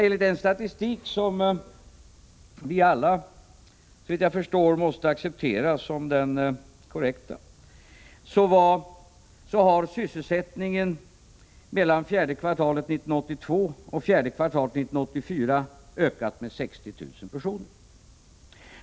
Enligt den statistik som vi alla, såvitt jag förstår, måste acceptera som den korrekta har sysselsättningen mellan fjärde kvartalet 1982 och fjärde kvartalet 1984 ökat med 60 000 personer.